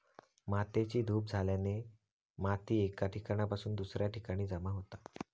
मातेची धूप झाल्याने माती एका ठिकाणासून दुसऱ्या ठिकाणी जमा होता